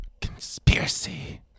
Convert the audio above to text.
Conspiracy